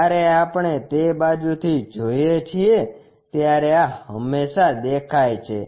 જ્યારે આપણે તે બાજુથી જોઈએ છીએ ત્યારે આ હંમેશા દેખાય છે